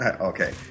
Okay